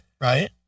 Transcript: Right